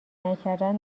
نکردند